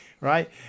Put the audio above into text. right